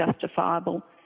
justifiable